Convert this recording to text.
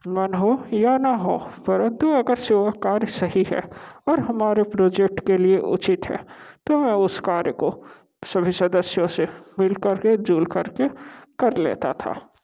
मन हो या ना हो परंतु अगर स्योर कार्य सही है और हमारे प्रोजेक्ट के लिए उचित है तो मैं उस कार्य को सभी सदस्यों से मिल करके जुल करके कर लेता था